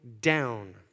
down